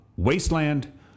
Wasteland